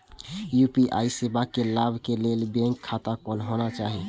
UPI सेवा के लाभ लै के लिए बैंक खाता होना चाहि?